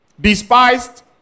despised